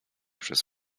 przez